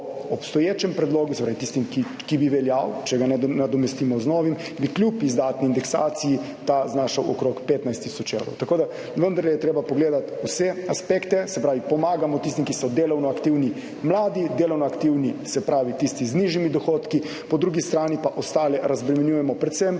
obstoječem predlogu, se pravi tistim, ki bi veljal, če ga nadomestimo z novim, bi kljub izdatni indeksaciji ta znašal okrog 15 tisoč evrov. Tako da vendarle je treba pogledati vse aspekte, se pravi, pomagamo tistim, ki so delovno aktivni, mladi delovno aktivni, se pravi tisti z nižjimi dohodki, po drugi strani pa ostale razbremenjujemo predvsem